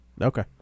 okay